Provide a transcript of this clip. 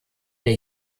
der